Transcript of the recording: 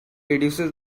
reduces